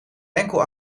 enkel